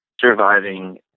surviving